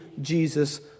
Jesus